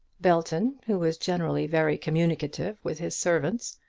belton, who was generally very communicative with his servants,